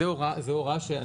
דוד, זאת לא הערה שלהם, שנייה.